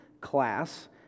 class